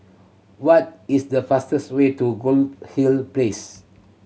what is the fastest way to Goldhill Place